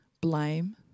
blame